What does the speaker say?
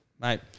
Mate